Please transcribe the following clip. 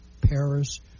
Paris